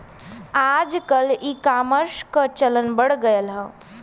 आजकल ईकामर्स क चलन बढ़ गयल हौ